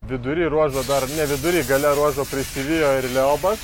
vidury ruožo dar ne vidury gale ruožo prisivijo ir leoba